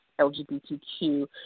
LGBTQ